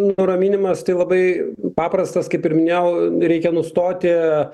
nuraminimas tai labai paprastas kaip ir minėjau reikia nustoti